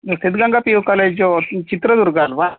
ಇದು Siddaganga P U ಕಾಲೇಜೂ ಚಿತ್ರದುರ್ಗ ಅಲ್ಲವಾ